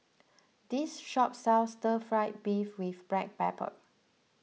this shop sells Stir Fry Beef with Black Pepper